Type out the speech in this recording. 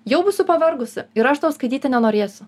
jau būsiu pavargusi ir aš tau skaityti nenorėsiu